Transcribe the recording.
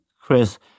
Chris